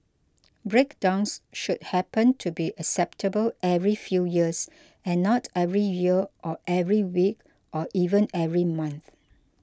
breakdowns should happen to be acceptable every few years and not every year or every week or even every month